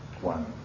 one